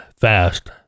fast